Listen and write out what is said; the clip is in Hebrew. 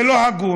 זה לא הגון,